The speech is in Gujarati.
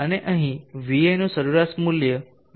અને અહીં Va નું સરેરાશ મૂલ્ય vt × d છે